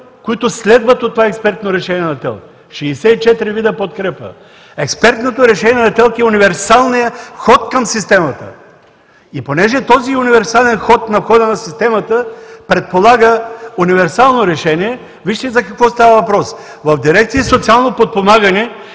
които следват от това експертно решение на ТЕЛК – 64 вида подкрепа. Експертното решение на ТЕЛК е универсалният вход към системата и понеже този универсален вход на входа на системата предполага универсално решение, вижте за какво става въпрос? В Дирекция „Социално подпомагане“